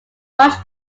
much